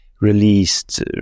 released